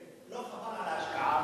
לא חבל על ההשקעה?